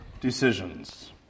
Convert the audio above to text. decisions